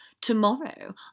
tomorrow